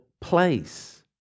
place